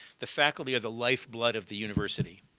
the faculty of the lifeblood of the university.